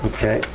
Okay